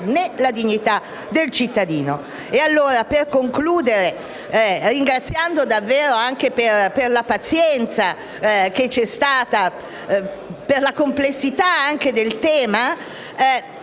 Grazie a tutti